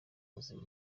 buzima